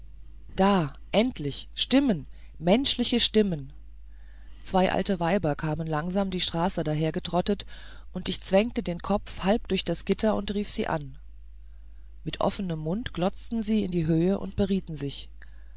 da endlich stimmen menschliche stimmen zwei alte weiber kamen langsam die straße dahergetrottet und ich zwängte den kopf halb durch das gitter und rief sie an mit offenem mund glotzten sie in die höhe und berieten sich